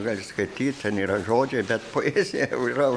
gali skaityt ten yra žodžiai bet po jais jau yra